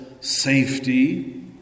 safety